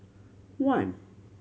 one